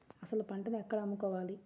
అసలు పంటను ఎక్కడ అమ్ముకోవాలి?